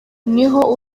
niho